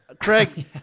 Craig